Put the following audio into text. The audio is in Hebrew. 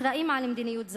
אחראים למדיניות זו.